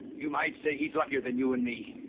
you might say he's luckier than you and me.